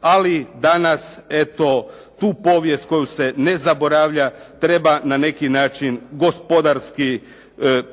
Ali danas eto tu povijest koju se ne zaboravlja treba na neki način gospodarski